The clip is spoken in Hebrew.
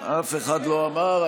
אף אחד לא אמר.